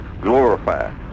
glorify